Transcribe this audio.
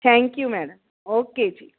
thank you madam okay ਜੀ